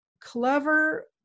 clever